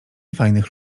fajnych